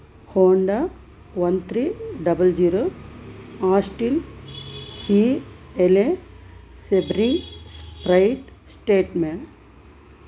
Honda one three double zero Austin Healey Sebring Sprite statement